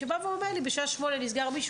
שבא ואומר לי "בשעה 8 נסגר מישהו,